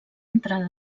entrada